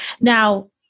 now